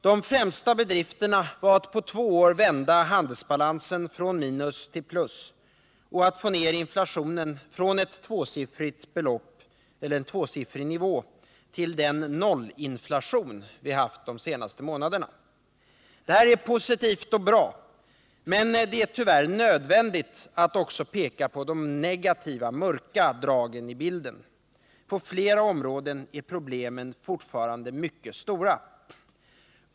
De främsta bedrifterna var att på två år vända handelsbalansen från minus till plus och att få ned inflationen från en tvåsiffrig nivå till den nollinflation vi haft de senaste månaderna. Detta är positivt och bra. Men det är tyvärr nödvändigt att också peka på de negativa och mörka dragen i bilden. På flera områden är problemen fortfarande mycket stora.